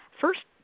First